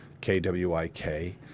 K-W-I-K